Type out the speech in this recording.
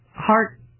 heart